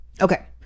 okay